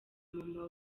maman